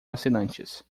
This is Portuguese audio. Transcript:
assinantes